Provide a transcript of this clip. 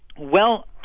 well,